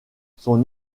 son